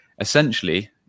essentially